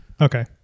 Okay